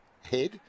head